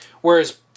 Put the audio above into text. whereas